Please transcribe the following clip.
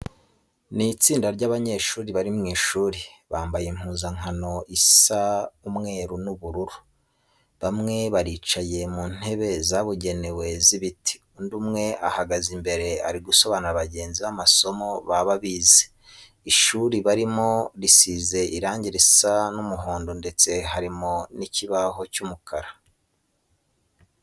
Ni istsinda ry'abanyeshuri bari mu ishuri, bambaye impuzankno isa umweru n'ubururu. Bamwe baricaye mu ntebe zabugenewe z'ibiti, undi umwe ahagaze imbere ari gusobanurira bagenzi be amasomo baba bize. Ishuri barimo risize irange risa umuhondo ndetse harimo n'ikibaho gisa umukara.